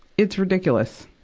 it's ridiculous.